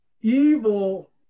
Evil